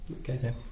Okay